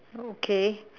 okay